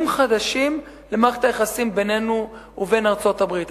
חדשים למערכת היחסים בינינו ובין ארצות-הברית.